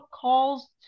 calls